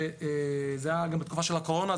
זה היה בתקופה של הקורונה,